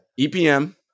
EPM